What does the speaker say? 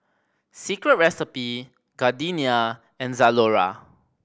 Secret Recipe Gardenia and Zalora